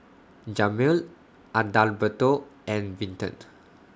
Jamir Adalberto and Vinton